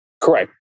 Correct